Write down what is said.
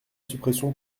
suppression